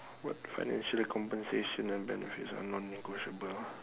what financial compensation and benefits are non negotiable ah